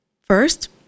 First